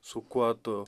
su kuo tu